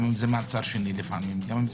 גם אם מעצר שני או שלישי